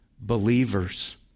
believers